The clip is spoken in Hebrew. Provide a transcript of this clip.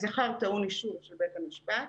השכר טעון אישור של בית המשפט.